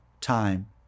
time